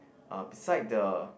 uh beside the